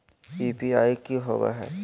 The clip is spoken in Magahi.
यू.पी.आई की होबो है?